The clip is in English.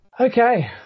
Okay